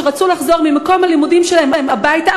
שרצו לחזור ממקום הלימודים שלהם הביתה